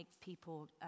people